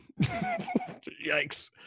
yikes